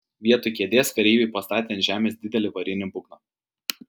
vietoj kėdės kareiviai pastatė ant žemės didelį varinį būgną